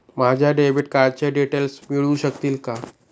माझ्या डेबिट कार्डचे डिटेल्स मिळू शकतील का?